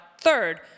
Third